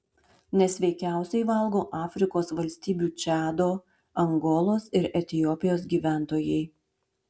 nesveikiausiai valgo afrikos valstybių čado angolos ir etiopijos gyventojai